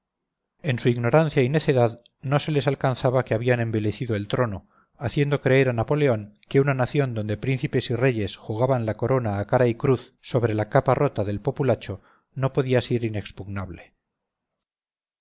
en su ignorancia y necedad no se les alcanzaba que habían envilecido el trono haciendo creer a napoleón que una nación donde príncipes y reyes jugaban la corona a cara y cruz sobre la capa rota del populacho no podía ser inexpugnable